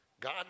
God